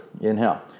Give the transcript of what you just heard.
Inhale